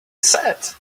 said